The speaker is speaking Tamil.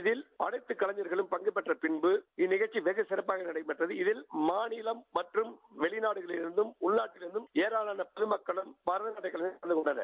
இதில் அனைத்து கலைஞர்களும் பங்கேற்ற பின்னர் இந்த நிகழ்ச்சி வெகுசிறப்பாக நடைபெற்றது இதில் மாநிலம் மற்றும் வெளிநாடுகளிலிருந்தம் உள்நாட்டிலிருந்தம் எராளமான பொதமக்குளும் பார்வையாளர்களாக பங்கேற்றனர்